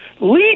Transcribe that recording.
Leave